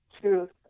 truth